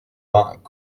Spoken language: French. vingt